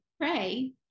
pray